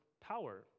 power